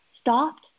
stopped